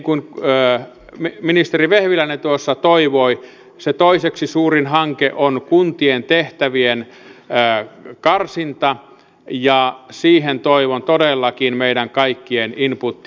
niin kuin ministeri vehviläinen tuossa toivoi se toiseksi suurin hanke on kuntien tehtävien karsinta ja siihen toivon todellakin meidän kaikkien inputia